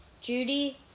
Judy